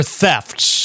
thefts